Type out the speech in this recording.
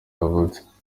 yavutse